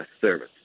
service